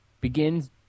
Begins